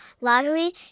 lottery